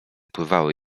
pływały